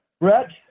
Brett